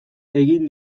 egin